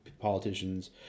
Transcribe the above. politicians